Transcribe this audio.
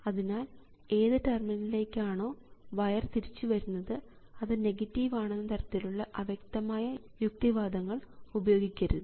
അതിനാൽ ഏത് ടെർമിനലിലേക്ക് ആണോ വയർ തിരിച്ചുവരുന്നത് അത് നെഗറ്റീവ് ആണെന്ന തരത്തിലുള്ള അവ്യക്തമായ യുക്തിവാദങ്ങൾ ഉപയോഗിക്കരുത്